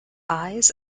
eyes